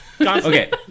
Okay